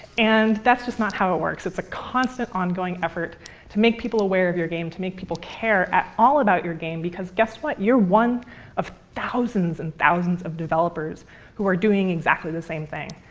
and that's just not how it works. it's a constant ongoing effort to make people aware of your game, to make people care at all about your game. because guess what? you're one of thousands and thousands of developers who are doing exactly the same thing.